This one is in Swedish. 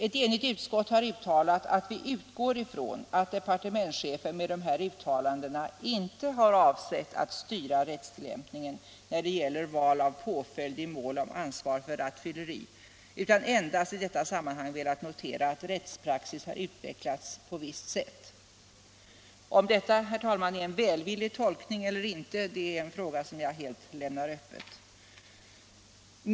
Ett enhälligt utskott har uttalat att vi ”utgår från att departementschefen med de ifrågavarande uttalandena ej avsett att styra rättstillämpningen när det gäller val av påföljd i mål om ansvar för rattfylleri utan endast i detta sammanhang velat notera, att rättspraxis har utvecklats på visst sätt”. Om detta är en välvillig tolkning är en fråga som jag helt lämnar öppen.